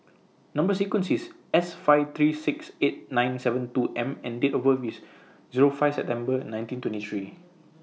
Number sequence IS S five three six eight nine seven two M and Date of birth IS Zero five September nineteen twenty three